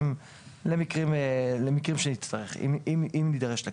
למקרים בהם נידרש לכך.